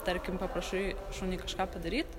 tarkim paprašai šunį kažką padaryt